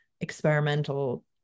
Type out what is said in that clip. experimental